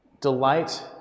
delight